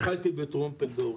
הפסקתי בטרומפלדור,